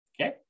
okay